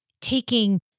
taking